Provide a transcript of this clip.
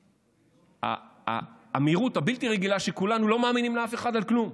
הוא המהירות הבלתי-רגילה שכולנו לא מאמינים לאף אחד על כלום.